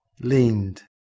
leaned